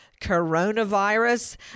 coronavirus